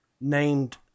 named